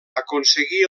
aconseguí